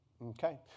Okay